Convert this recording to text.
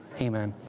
amen